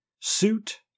suit